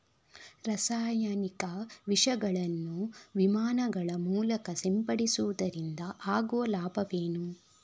ರಾಸಾಯನಿಕ ವಿಷಗಳನ್ನು ವಿಮಾನಗಳ ಮೂಲಕ ಸಿಂಪಡಿಸುವುದರಿಂದ ಆಗುವ ಲಾಭವೇನು?